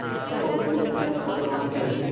पौधों को मिट्टी में कब लगाना चाहिए?